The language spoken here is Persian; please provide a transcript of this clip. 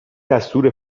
دستور